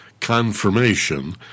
confirmation